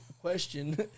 question